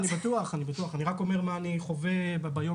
אני בטוח, אני רק אומר מה אני חווה ביום-יום.